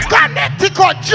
Connecticut